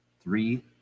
three